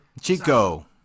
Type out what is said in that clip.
Chico